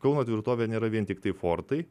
kauno tvirtovė nėra vien tiktai fortai